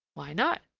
why not?